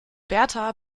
berta